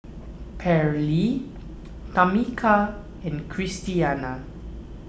Pairlee Tamika and Christiana